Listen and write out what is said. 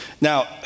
Now